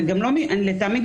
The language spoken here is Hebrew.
ולטעמי,